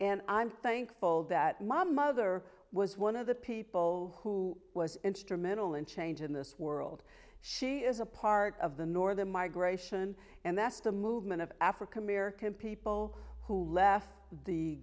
and i'm thankful that my mother was one of the people who was instrumental in change in this world she is a part of the northern migration and that's the movement of african american people who left the